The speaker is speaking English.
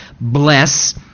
bless